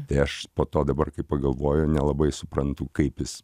tai aš po to dabar kai pagalvoju nelabai suprantu kaip jis